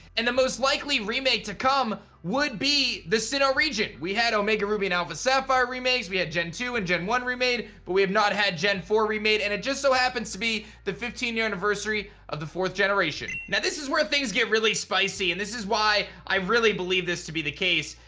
and, the most likely remake to come would be the sinnoh region. we had omega ruby and alpha sapphire remakes, we had gen two and gen one remade, but we have not had gen four remade and it just so happens to be the fifteenth year anniversary of the fourth generation. now, this is where things get really spicy and this is why i really believe this to be the case.